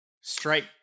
strike